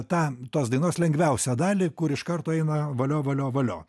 tą tos dainos lengviausią dalį kur iš karto eina valio valio valio